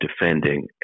defending